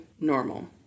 normal